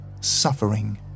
suffering